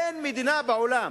אין מדינה בעולם